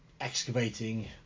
excavating